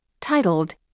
titled